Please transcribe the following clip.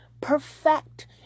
perfect